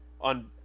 on